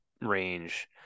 range